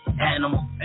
Animal